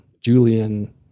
Julian